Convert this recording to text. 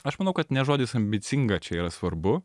aš manau kad ne žodis ambicinga čia yra svarbu